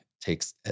takes